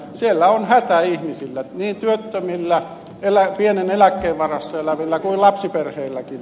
siellä on hätä ihmisillä niin työttömillä pienen eläkkeen varassa elävillä kuin lapsiperheilläkin